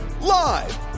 Live